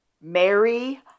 mary